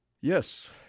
Yes